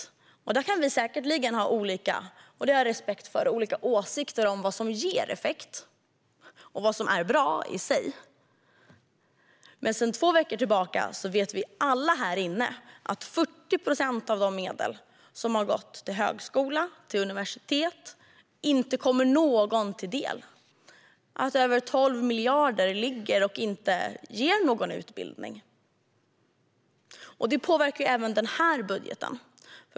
Vi kan säkerligen ha olika åsikter om vad som ger effekt och vad som är bra i sig - det har jag respekt för - men sedan två veckor tillbaka vet alla vi här inne att 40 procent av de medel som har gått till högskola och universitet inte kommer någon till del. Det är alltså över 12 miljarder som ligger och inte ger någon utbildning. Det påverkar även denna budget.